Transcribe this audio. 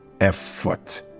effort